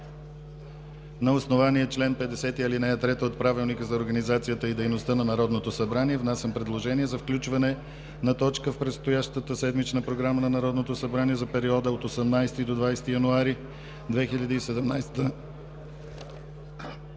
На основание чл. 50, ал. 3 от Правилника за организацията и дейността на Народното събрание внасям предложение за включване на точка в предстоящата седмична програма на Народното събрание за периода от 18 до 20 януари 2017 г.